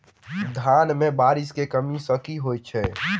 धान मे बारिश केँ कमी सँ की होइ छै?